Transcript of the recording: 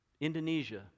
Indonesia